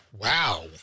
Wow